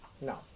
No